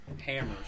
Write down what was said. hammers